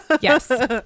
Yes